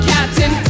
Captain